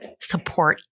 support